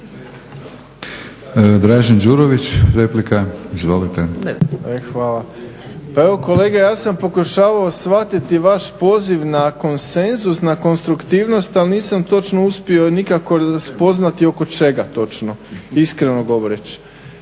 Dražen (HDSSB)** Hvala. Pa evo kolega ja sam pokušavao shvatiti vaš poziv na konsenzus, na konstruktivnost, ali nisam točno uspio nikako spoznati oko čega točno, iskreno govoreći.